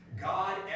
God